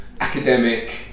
academic